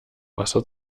wasser